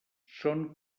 són